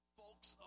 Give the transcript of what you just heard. folks